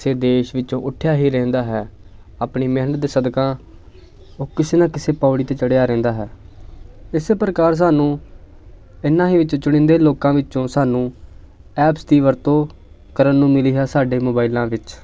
ਕਿਸੇ ਦੇਸ਼ ਵਿੱਚੋਂ ਉੱਠਿਆ ਹੀ ਰਹਿੰਦਾ ਹੈ ਆਪਣੀ ਮਿਹਨਤ ਦੇ ਸਦਕਾ ਉਹ ਕਿਸੇ ਨਾ ਕਿਸੇ ਪੌੜੀ 'ਤੇ ਚੜ੍ਹਿਆ ਰਹਿੰਦਾ ਹੈ ਇਸ ਪ੍ਰਕਾਰ ਸਾਨੂੰ ਇਨ੍ਹਾਂ ਹੀ ਵਿੱਚ ਚੁਣੀਂਦੇ ਲੋਕਾਂ ਵਿੱਚੋਂ ਸਾਨੂੰ ਐਪਸ ਦੀ ਵਰਤੋਂ ਕਰਨ ਨੂੰ ਮਿਲੀ ਹੈ ਸਾਡੇ ਮੋਬਾਈਲਾਂ ਵਿੱਚ